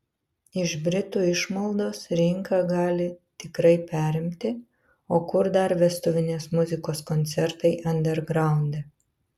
iš britų išmaldos rinką gali tikrai perimti o kur dar vestuvinės muzikos koncertai andergraunde